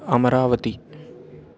Amravati